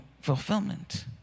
fulfillment